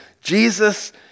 Jesus